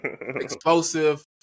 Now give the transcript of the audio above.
explosive